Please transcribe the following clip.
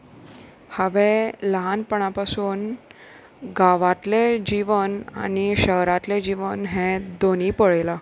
हांवें ल्हानपणा पासून गांवांतलें जिवन आनी शहरांतलें जिवन हें दोनीूय पळयलां